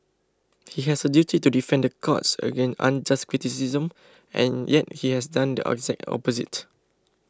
he has a duty to defend the courts against unjust criticism and yet he has done the exact opposite